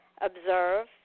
Observe